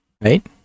right